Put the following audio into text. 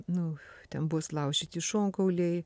nu ten buvo sulaužyti šonkauliai